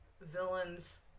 villains